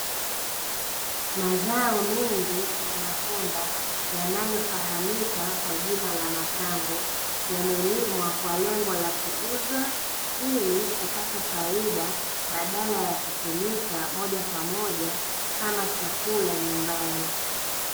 Mazao mengi ya matunda yanayofahamika kwa jina la matango, yamelimwa kwa lengo la kuuzwa ili kupata faida badala ya kutumika moja kwa moja kama chakula nyumbani.